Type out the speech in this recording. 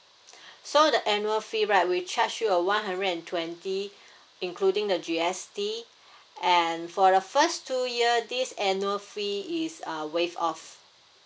so the annual fee right we charge you a one hundred and twenty including the G_S_T and for the first two year this annual fee is uh waive off